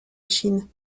chine